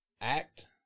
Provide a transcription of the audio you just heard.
act